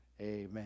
Amen